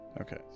Okay